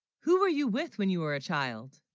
who, were you with when you were a. child